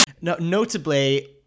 Notably